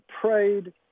prayed